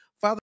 Father